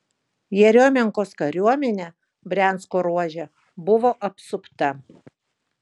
jeriomenkos kariuomenė briansko ruože buvo apsupta